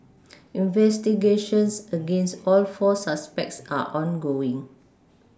investigations against all four suspects are ongoing